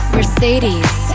Mercedes